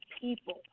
people